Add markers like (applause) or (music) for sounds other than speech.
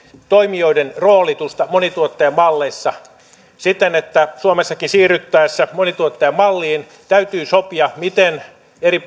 toimijoiden roolitusta monituottajamalleissa siten että suomessakin siirryttäessä monituottajamalliin täytyy sopia miten eri (unintelligible)